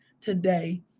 today